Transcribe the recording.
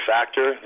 Factor